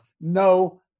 no